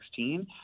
2016